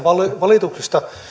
valituksista